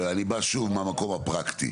ואני בא, שוב, מהמקום הפרקטי.